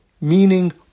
meaning